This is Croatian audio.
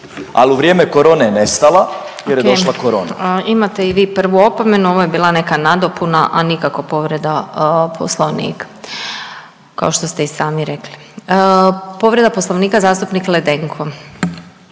al u vrijeme corone je nestala jer je došla corona. **Glasovac, Sabina (SDP)** Ok. Imate i vi prvu opomenu, ovo je bila neka nadopuna, a nikako povreda Poslovnika, kao što ste i sami rekli. Povreda Poslovnika zastupnik Ledenko.